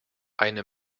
eine